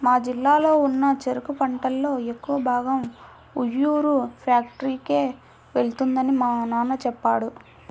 మా జిల్లాలో ఉన్న చెరుకు పంటలో ఎక్కువ భాగం ఉయ్యూరు ఫ్యాక్టరీకే వెళ్తుందని మా నాన్న చెప్పాడు